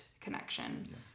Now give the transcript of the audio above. connection